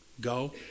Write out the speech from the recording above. Go